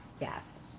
Yes